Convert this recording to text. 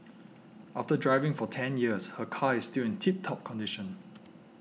after driving for ten years her car is still in tip top condition